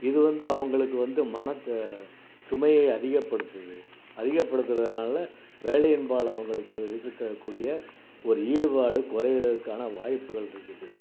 இது வந்து அவங்களுக்கு வந்து மன சுமையை அதிகப்படுத்துது அதிகப்படுத்துறதுனால வேலையின்பால் அவங்களுக்கு இருக்கக்கூடிய ஒரு ஈடுபாடு குறையிறதுக்கான வாய்ப்புகள் இருக்குது